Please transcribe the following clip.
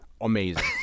Amazing